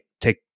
take